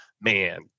man